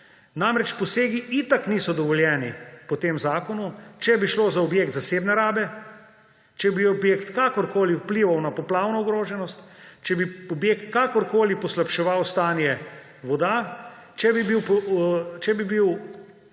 Namreč posegi itak niso dovoljeni po tem zakonu. Če bi šlo za objekt zasebne rabe, če bi objekt kakorkoli vplival na poplavno ogroženost, če bi objekt kakorkoli poslabševal stanje voda, če bi bil poseg